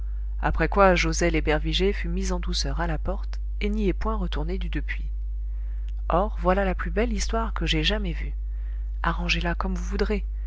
après quoi joset l'ébervigé fut mis en douceur à la porte et n'y est point retourné du depuis or voilà la plus belle histoire que j'aie jamais vue arrangez la comme vous voudrez